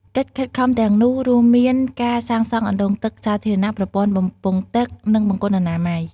កិច្ចខិតខំទាំងនោះរួមមានការសាងសង់អណ្តូងទឹកសាធារណៈ ប្រព័ន្ធបំពង់ទឹក និងបង្គន់អនាម័យ។